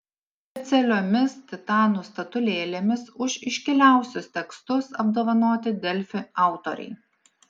specialiomis titanų statulėlėmis už iškiliausius tekstus apdovanoti delfi autoriai